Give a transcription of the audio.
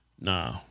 No